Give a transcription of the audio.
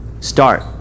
start